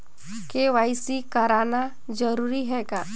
KYC कराना जरूरी है का?